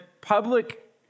public